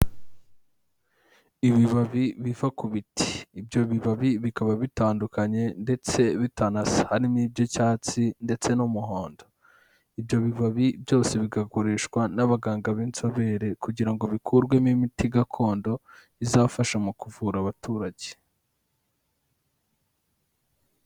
Ibibabi biva ku biti. Ibyo bibabi bikaba bitandukanye ndetse bitanasa. Harimo iby'icyatsi ndetse n'umuhondo. Ibyo bibabi byose bikagurishwa n'abaganga b'inzobere kugira ngo bikurwemo imiti gakondo, izafasha mu kuvura abaturage.